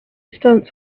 stance